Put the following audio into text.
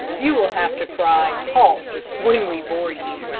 you will have to cry halt, when we bore you.